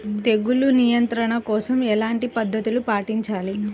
తెగులు నియంత్రణ కోసం ఎలాంటి పద్ధతులు పాటించాలి?